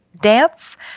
dance